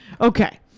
okay